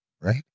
right